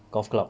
golf club